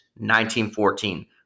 1914